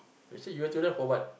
you said you wear tudung for what